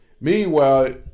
Meanwhile